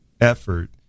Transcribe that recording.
effort